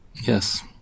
Yes